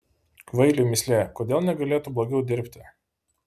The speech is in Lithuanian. kvailiui mįslė kodėl negalėtų blogiau dirbti